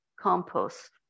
compost